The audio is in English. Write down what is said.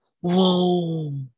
Whoa